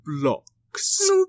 blocks